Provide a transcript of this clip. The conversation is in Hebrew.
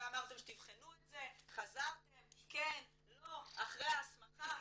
ואמרתם שתבחנו את זה, חזרתם, כן, לא, אחרי ההסמכה.